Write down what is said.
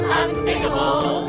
unthinkable